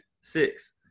six